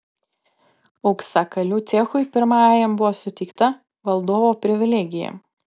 auksakalių cechui pirmajam buvo suteikta valdovo privilegija